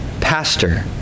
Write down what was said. pastor